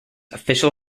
official